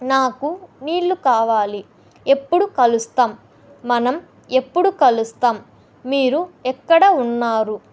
నాకు నీళ్లు కావాలి ఎప్పుడు కలుస్తాం మనం ఎప్పుడు కలుస్తాం మీరు ఎక్కడ ఉన్నారు